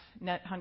net